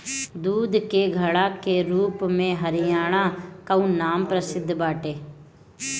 दूध के घड़ा के रूप में हरियाणा कअ नाम प्रसिद्ध बाटे